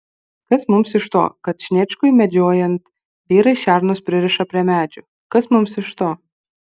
kas mums iš to kad sniečkui medžiojant vyrai šernus pririša prie medžių kas mums iš to